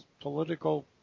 political